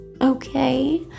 Okay